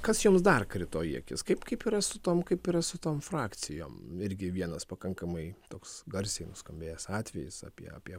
kas jums dar krito į akis kaip kaip yra su tom kaip yra su tom frakcijom irgi vienas pakankamai toks garsiai nuskambėjęs atvejis apie apie